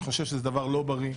אני חושב שזה דבר לא בריא.